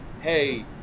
hey